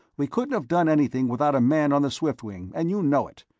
we couldn't have done anything without a man on the swiftwing, and you know it.